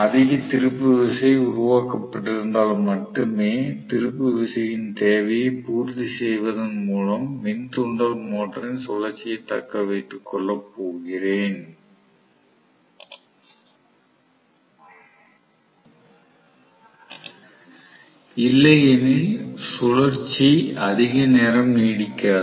அதிக திருப்பு விசை உருவாக்கப்பட்டிருந்தால் மட்டுமே திருப்பு விசையின் தேவையை பூர்த்தி செய்வதன் மூலம் மின் தூண்டல் மோட்டரின் சுழற்சியைத் தக்க வைத்துக் கொள்ளப் போகிறேன் இல்லையெனில் சுழற்சி அதிக நேரம் நீடிக்காது